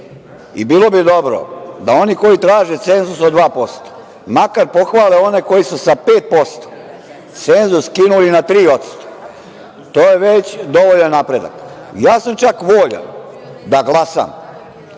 i bilo bi dobro da oni koji traže cenzus od 2% makar pohvale one koji su sa 5% cenzus skinuli na 3%, to je već dovoljan napredak. Voljan sam da glasam